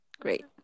Great